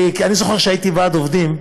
אני זוכר שכשהייתי בוועד עובדים,